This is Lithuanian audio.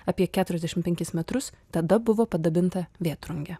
apie keturiasdešim penkis metrus tada buvo padabinta vėtrunge